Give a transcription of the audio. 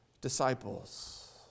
disciples